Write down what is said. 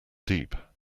deep